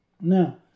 Now